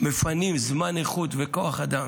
מפנים זמן איכות וכוח אדם